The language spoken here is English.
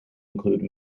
include